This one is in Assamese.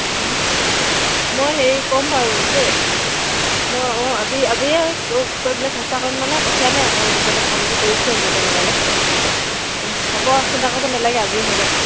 মই হেৰি ক'ম বাৰু দেই মই অঁ আজি আজিয়ে কৰি কৰিবলৈ চেষ্টা কৰিম মানে পঠিয়ামেই অকমান পিছতে ফোনটো কৰিছোঁৱেই মই এতিয়া লগালগ অঁ হ'ব চিন্তা কৰিব নেলাগে আজিয়ে হৈ যাব